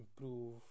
improve